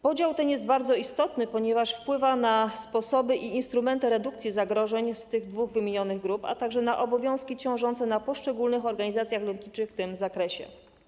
Podział ten jest bardzo istotny, ponieważ wpływa na sposoby i instrumenty redukcji zagrożeń w przypadku tych dwóch wymienionych grup, a także na obowiązki ciążące na poszczególnych organizacjach lotniczych w tym zakresie.